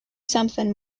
something